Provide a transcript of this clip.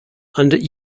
and